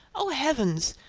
oh, heavens!